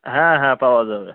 হ্যাঁ হ্যাঁ পাওয়া যাবে